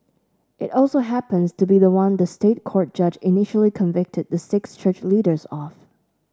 it also happens to be the one the State Court judge initially convicted the six church leaders of